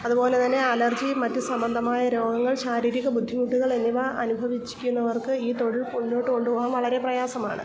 അതുപോലെ തന്നെ അലർജിയും മറ്റ് സംബന്ധമായ രോഗങ്ങൾ ശാരീരിക ബുദ്ധിമുട്ടുകൾ എന്നിവ അനുഭവിക്കുന്നവർക്ക് ഈ തൊഴിൽ മുന്നോട്ട് കൊണ്ടുപോകാൻ വളരെ പ്രയാസമാണ്